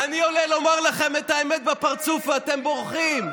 אני עולה לומר לכם את האמת בפרצוף ואתם בורחים.